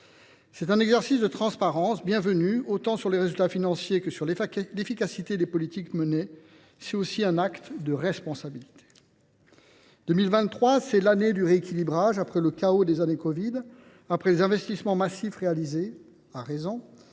C’est un exercice de transparence bienvenu, autant sur les résultats financiers que sur l’efficacité des politiques menées. C’est aussi un acte de responsabilité. L’année 2023 est celle du rééquilibrage. Après le chaos des années covid, après les investissements massifs réalisés – à raison